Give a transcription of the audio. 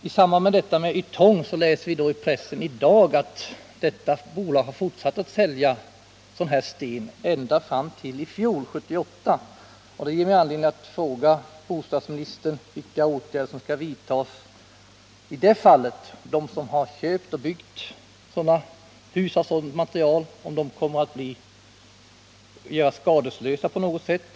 Beträffande Ytong kan vi läsa i pressen i dag att detta bolag har fortsatt att sälja sådan här byggsten, blå lättbetong, ända fram till i fjol, 1978. Det ger mig anledning att fråga bostadsministern vilka åtgärder som kommer att vidtas. Kommer de som har köpt sådant byggmaterial och byggt hus av det att hållas skadeslösa på något sätt?